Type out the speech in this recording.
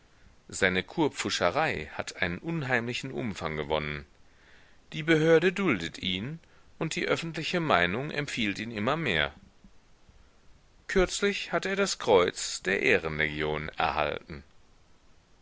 seine kurpfuscherei hat einen unheimlichen umfang gewonnen die behörde duldet ihn und die öffentliche meinung empfiehlt ihn immer mehr kürzlich hat er das kreuz der ehrenlegion erhalten